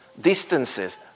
distances